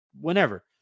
whenever